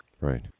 Right